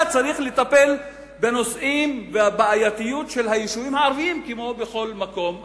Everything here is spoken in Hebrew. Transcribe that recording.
צריך לטפל בבעייתיות של היישובים הערביים כמו בכל מקום אחר.